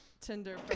Tinder